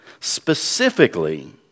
specifically